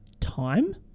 Time